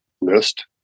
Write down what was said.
list